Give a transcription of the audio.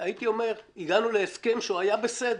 הייתי אומר שהגענו להסכם שהיה בסדר.